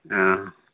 অ'